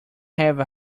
have